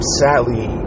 sadly